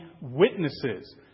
witnesses